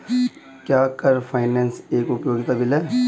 क्या car finance एक उपयोगिता बिल है?